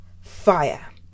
FIRE